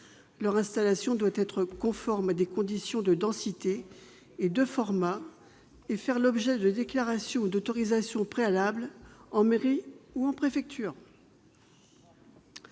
Leur installation doit être conforme à des conditions de densité et de format, et faire l'objet de déclarations ou d'autorisations préalables en mairie ou en préfecture.